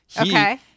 Okay